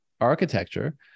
architecture